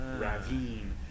ravine